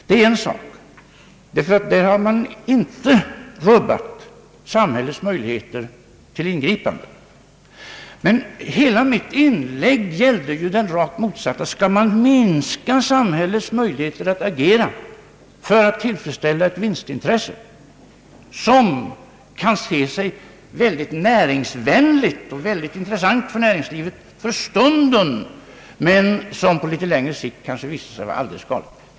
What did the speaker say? Därmed har samhällets möjligheter till ingripande icke rubbats. Men hela mitt inlägg gällde ju den rakt motsatta frågeställningen: Skall man minska samhällets möjligheter att agera för att tillfredsställa ett vinstintresse som kan te sig synnerligen näringsvänligt och väldigt intressant för näringslivet för stunden men som på längre sikt kanske visar sig vara alldeles galet?